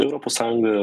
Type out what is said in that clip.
europos sąjunga